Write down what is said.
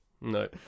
No